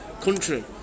country